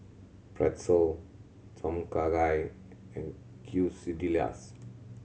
Pretzel Tom Kha Gai and Quesadillas